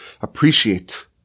appreciate